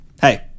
hey